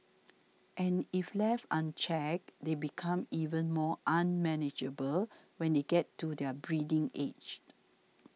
and if left unchecked they become even more unmanageable when they get to their breeding aged